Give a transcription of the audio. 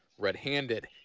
red-handed